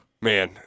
Man